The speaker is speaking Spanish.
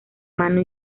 mano